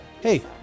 Hey